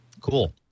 Cool